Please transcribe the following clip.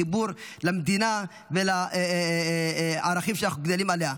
עם חיבור למדינה ולערכים שאנחנו גדלים עליהם.